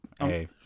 Hey